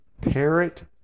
Parrot